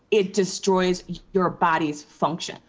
it destroys your body's functions.